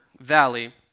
Valley